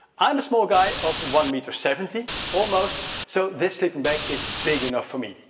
i'm a small guy of one meter seventy, almost, so this sleeping bag is big enough for me.